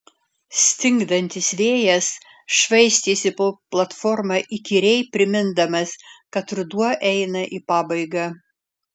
stingdantis vėjas švaistėsi po platformą įkyriai primindamas kad ruduo eina į pabaigą